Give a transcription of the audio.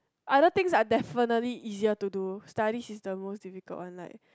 other things are definitely easier to do studies is the most difficult one like